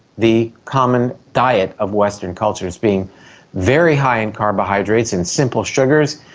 the common diet of western cultures being very high in carbohydrates, in simple sugars,